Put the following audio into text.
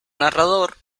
narrador